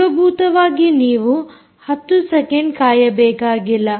ಮೂಲಭೂತವಾಗಿ ನೀವು 10 ಸೆಕೆಂಡ್ ಕಾಯಬೇಕಾಗಿಲ್ಲ